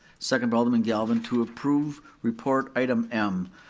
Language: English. second by alderman galvin to approve report item m,